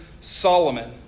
Solomon